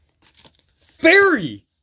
Fairy